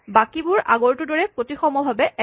বাকীবোৰ আগৰটোৰ দৰে প্ৰতিসমভাৱে একে